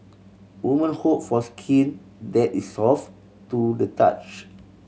woman hope for skin that is soft to the touch